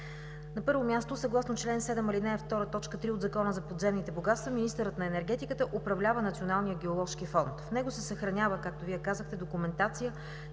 На първо място, съгласно чл. 7, ал. 2, т. 3 от Закона за подземните богатства министърът на енергетиката управлява Националния геоложки фонд. В него се съхранява, както Вие казахте, документация